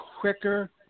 quicker